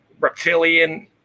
reptilian